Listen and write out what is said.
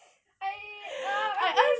I ah I feel